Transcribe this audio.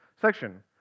section